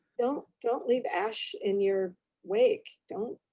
don't don't leave ash in your wake. don't